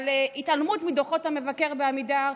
על התעלמות מדוחות המבקר בעמידר,